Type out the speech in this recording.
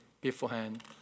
beforehand